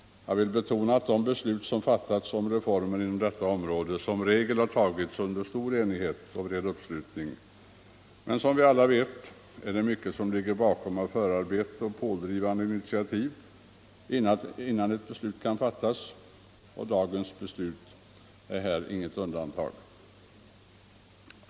Jag vill betona att de beslut som fattats om reformer inom detta område som regel har tagits under stor enighet och med bred uppslutning. Men som alla vet är det mycket som ligger bakom av förarbete och pådrivande initiativ innan ett beslut kan fattas. Dagens beslut är inget undantag i det fallet.